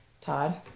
Todd